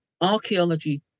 archaeology